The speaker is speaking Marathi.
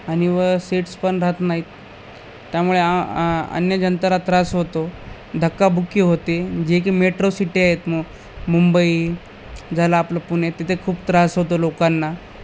आणि व सीट्स पण राहत नाहीत त्यामुळे आ आ अन्य जणांना त्रास होतो धक्काबुक्की होते जे की मेट्रो सिटी आहेत मु मुंबई झाला आपलं पुणे तिथे खूप त्रास होतो लोकांना